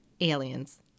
Aliens